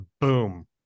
Boom